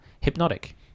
hypnotic